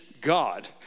God